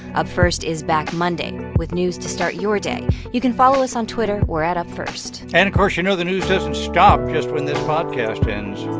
up first is back monday with news to start your day. you can follow us on twitter. we're at upfirst and, of course, you know the news doesn't stop just when this podcast ends.